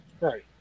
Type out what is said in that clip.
right